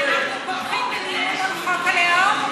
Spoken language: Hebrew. אנחנו פותחים בדיון על חוק הלאום?